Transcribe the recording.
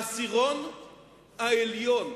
העשירון העליון,